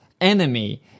enemy